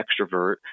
extrovert